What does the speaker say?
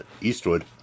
Eastwood